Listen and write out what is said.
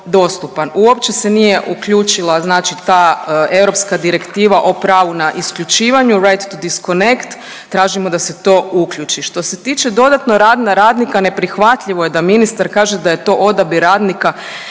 Uopće se nije uključila, znači ta Europska direktiva o pravu na isključivanju Right to disconect. Tražimo da se to uključi. Što se tiče dodatno rada radnika neprihvatljivo je da ministar kaže da je to odabir radnika